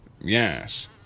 Yes